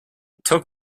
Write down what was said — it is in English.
took